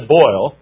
boil